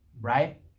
Right